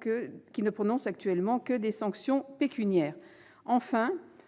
que des sanctions pécuniaires.